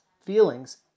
Feelings